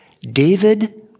David